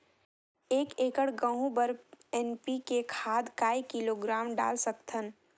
एक एकड़ गहूं बर एन.पी.के खाद काय किलोग्राम डाल सकथन?